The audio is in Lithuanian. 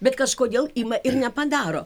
bet kažkodėl ima ir nepadaro